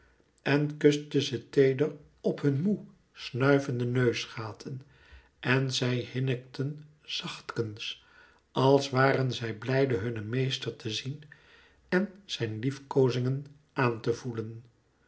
en kuste ze teeder op hun moê snuivende neusgaten en zij hinnikten zachtekens als waren zij blijde hun meester te zien en zijn liefkoozing aan te voelen